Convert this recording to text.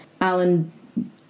Alan